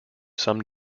some